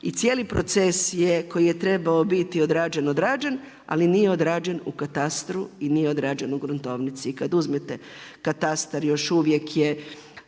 i cijeli proces je koji je trebao biti odrađen, odrađen, ali nije odrađen u katastru i nije odrađen u gruntovnici. Kad uzmete katastar još uvijek je